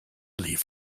leave